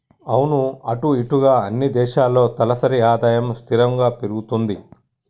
అవును అటు ఇటుగా అన్ని దేశాల్లో తలసరి ఆదాయం స్థిరంగా పెరుగుతుంది